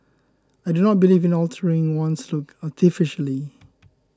I do not believe in altering one's looks artificially